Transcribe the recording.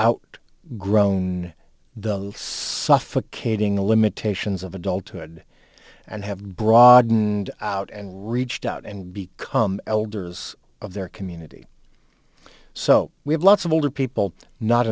out grown the suffocating limitations of adulthood and have broadened out and reached out and become elders of their community so we have lots of older people not